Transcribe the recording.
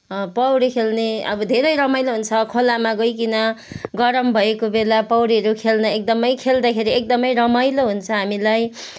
पौडी खेल्ने अब धेरै रमाइलो हुन्छ खोलामा गइकन गरम भएको बेला पौडीहरू खेल्नु एकदमै खेल्दाखेरि एकदमै रमाइलो हुन्छ हामीलाई